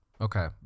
Okay